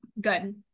Good